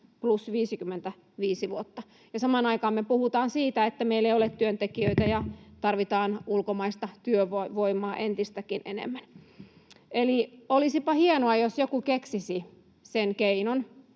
plus 55 vuotta, ja samaan aikaan me puhutaan siitä, että meillä ei ole työntekijöitä ja tarvitaan ulkomaista työvoimaa entistäkin enemmän. Eli olisipa hienoa, jos joku keksisi sen keinon,